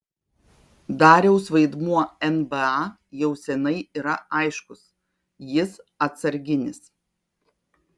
dariaus vaidmuo nba jau seniai yra aiškus jis atsarginis